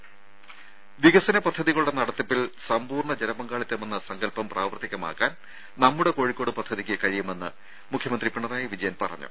രുര വികസന പദ്ധതികളുടെ നടത്തിപ്പിൽ സമ്പൂർണ ജനപങ്കാളിത്തമെന്ന സങ്കൽപ്പം പ്രാവർത്തികമാക്കാൻ നമ്മുടെ കോഴിക്കോട് പദ്ധതിക്ക് കഴിയുമെന്ന് മുഖ്യമന്ത്രി പിണറായി വിജയൻ പറഞ്ഞു